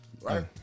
right